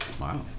Wow